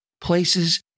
places